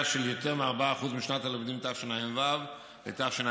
של יותר מ-4% משנת הלימודים תשע"ו לתשע"ז.